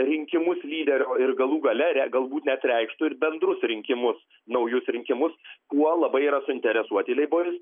rinkimus lyderio ir galų gale re galbūt net reikštų ir bendrus rinkimus naujus rinkimus kuo labai yra suinteresuoti leiboristai